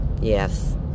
Yes